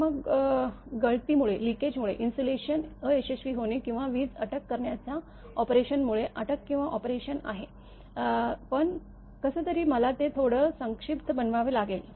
तर मग गळतीमुळे इन्सुलेशन अयशस्वी होणे किंवा वीज अटक करण्याच्या ऑपरेशनमुळे अटक किंवा ऑपरेशन आहे पण कसंतरी मला ते थोडं संक्षिप्त बनवावे लागेल